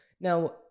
Now